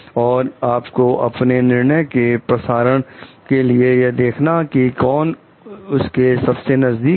और आपको अपने निर्णय के प्रसारण के लिए यह देखिए कि कौन उसके सबसे नजदीक है